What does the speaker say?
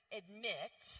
admit